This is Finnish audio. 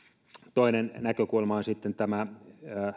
toinen näkökulma on